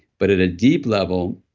but at a deep level,